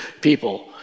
people